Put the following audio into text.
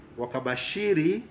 wakabashiri